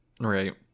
Right